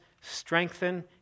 strengthen